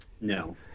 No